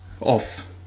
off